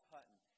Hutton